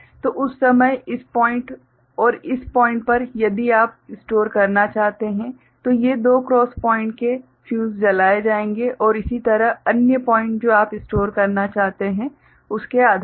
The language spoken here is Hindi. तो उस समय इस पॉइंट और इस पॉइंट पर यदि आप स्टोर करना चाहते हैं तो ये दो क्रॉस पॉइंट के फ़्यूज़ जलाए जाएंगे और इसी तरह अन्य पॉइंट जो आप स्टोर करना चाहते हैं उसके आधार पर